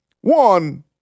One –